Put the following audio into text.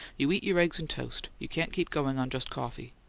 you eat your eggs and toast you can't keep going on just coffee.